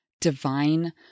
divine